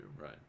right